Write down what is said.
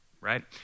right